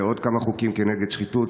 ועוד כמה חוקים כנגד שחיתות,